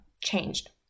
changed